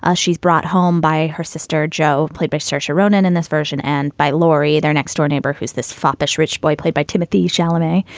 ah she's brought home by her sister joe, played by sir sharon and and this version and by laurie, their next door neighbor who's this foppish, rich boy played by timothy shalvey.